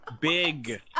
Big